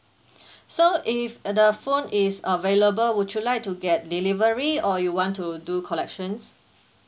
so if uh the phone is available would you like to get delivery or you want to do collections